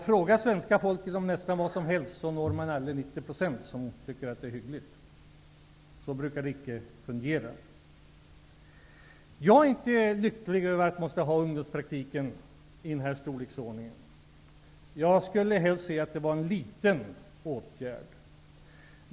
Fråga svenska folket om nästan vad som helst, och man får aldrig 90 % som tycker att det är hyggligt. Så brukar det inte fungera. Jag är inte lycklig över att ha ungdomspraktiken i den nuvarande storleksordningen. Jag skulle helst se att det var en liten åtgärd.